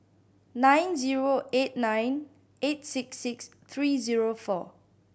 nine zero eight nine eight six six three zero four